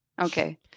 Okay